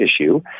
issue